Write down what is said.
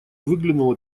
выглянуло